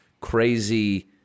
crazy